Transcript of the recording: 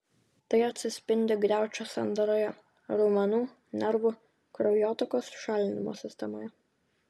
tai atsispindi griaučių sandaroje raumenų nervų kraujotakos šalinimo sistemoje